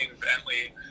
Bentley